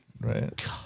right